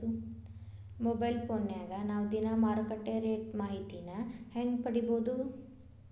Mobile ಫೋನ್ಯಾಗ ನಾವ್ ದಿನಾ ಮಾರುಕಟ್ಟೆ ರೇಟ್ ಮಾಹಿತಿನ ಹೆಂಗ್ ಪಡಿಬೋದು?